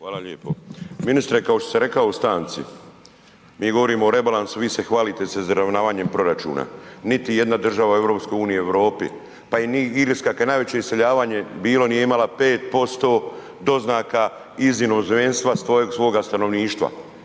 Hvala lijepo. Ministre, kao što sam rekao u stanci, mi govorimo o rebalansu, vi se hvalite sa izravnavanjem proračuna. Niti jedna država u EU ili Europi, pa ni Irska kad je najveće iseljavanje bilo nije imala 5% doznaka iz inozemstva svoga stanovništva.